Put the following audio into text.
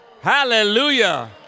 Hallelujah